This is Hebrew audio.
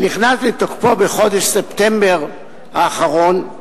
שנכנס לתוקפו בחודש ספטמבר האחרון,